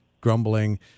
grumbling